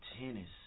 Tennis